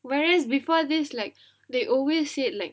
whereas before this like they always say like